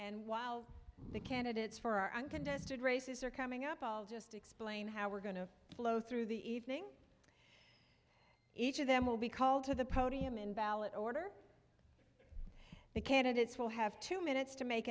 and while the candidates for our uncontested races are coming up i'll just explain how we're going to blow through the evening each of them will be called to the podium in ballot order the candidates will have two minutes to make